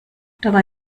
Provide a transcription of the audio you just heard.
dabei